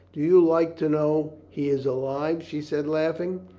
do you like to know he is alive? she said, laughing.